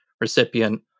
recipient